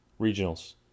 regionals